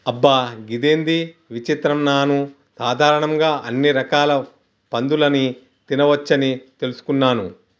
అబ్బ గిదేంది విచిత్రం నాను సాధారణంగా అన్ని రకాల పందులని తినవచ్చని తెలుసుకున్నాను